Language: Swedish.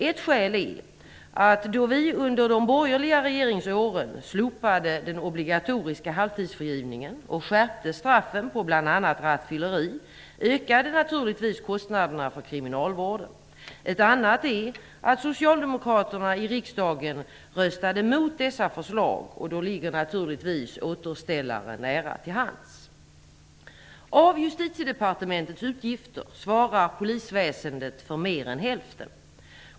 Ett skäl är att då vi under de borgerliga regeringsåren slopade den obligatoriska halvtidsfrigivningen och skärpte straff på bl.a. rattfylleri, ökade naturligtvis kostnaderna för kriminalvården. Ett annat är att socialdemokraterna i riksdagen röstade mot dessa förslag. Då ligger naturligtvis återställare nära till hands. Av Justitiedepartementets utgifter svarar polisväsendet för mer än hälften.